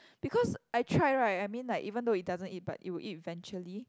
because I tried right I mean like even though it doesn't eat but it would eat eventually